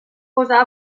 posar